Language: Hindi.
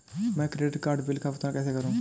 मैं क्रेडिट कार्ड बिल का भुगतान कैसे करूं?